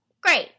great